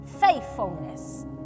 faithfulness